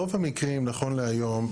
רוב המקרים נכון להיום,